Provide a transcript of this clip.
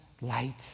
light